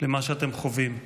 למה שאתם חווים.